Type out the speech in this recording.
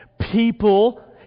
people